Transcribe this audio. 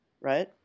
right